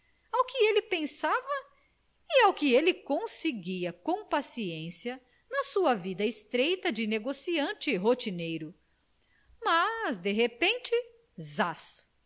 ao que ele pensava e ao que ele conseguia com paciência na sua vida estreita de negociante rotineiro mas de repente zás